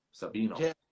Sabino